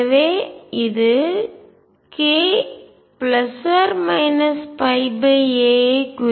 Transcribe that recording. எனவே இது k a I குறிக்கிறது